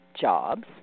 jobs